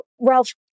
Ralph